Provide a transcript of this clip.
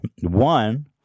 One